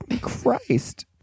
Christ